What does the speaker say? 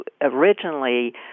originally